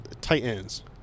Titans